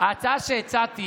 ההצעה שהצעתי